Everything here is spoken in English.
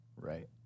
Right